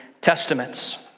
Testaments